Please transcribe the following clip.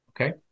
Okay